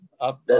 up